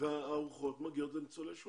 והארוחות מגיעות לניצולי שואה.